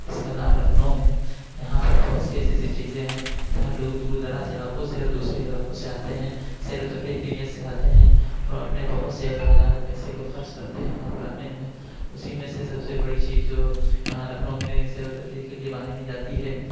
جس کا نام لکھنؤ ہے یہاں پر بہت سی ایسی ایسی چیزیں ہیں جہاں لوگ دور دراز علاقوں سے اور دوسرے علاقوں سے آتے ہیں سیر و تفریح کی نیت سے آتے ہیں اور اپنے بہت سے اخراجات پیسے کو خرچ کرتے ہیں یہاں پر آنے میں اسی میں سے سب سے بڑی چیز جو یہاں لکھنؤ میں سیر و تفریح کے لیے مانی جاتی ہے